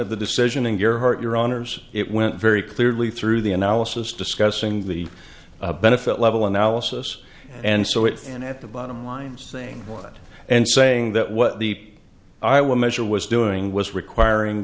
of the decision and your heart your honors it went very clearly through the analysis discussing the benefit level analysis and so it's in at the bottom line saying what and saying that what the i will measure was doing was requiring